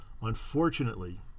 Unfortunately